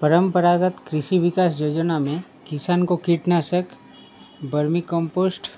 परम्परागत कृषि विकास योजना में किसान को कीटनाशक, वर्मीकम्पोस्ट